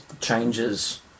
changes